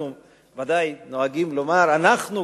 אנחנו נוהגים לומר: בוודאי,